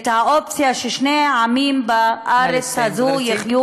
את האופציה ששני העמים בארץ הזו, נא לסיים, גברתי.